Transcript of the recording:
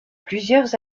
plusieurs